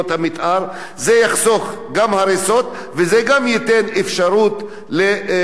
זה גם יחסוך הריסות וזה גם ייתן אפשרות לחיבור לחשמל.